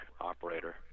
Operator